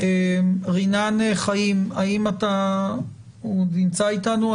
רינן חיים, האם אתה עוד נמצא איתנו?